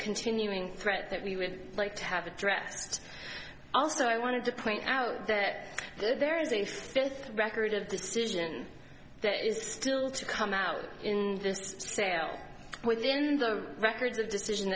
continuing threat that we would like to have addressed also i wanted to point out that there is a fifth record of decision that is still to come out in this sale within the records a decision